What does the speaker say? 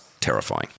terrifying